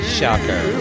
Shocker